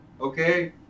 Okay